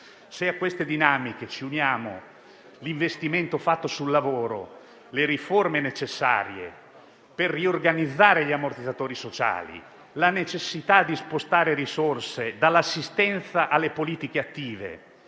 A queste dinamiche dobbiamo unire l'investimento fatto sul lavoro, le riforme necessarie per riorganizzare gli ammortizzatori sociali e la necessità di spostare risorse dall'assistenza alle politiche attive,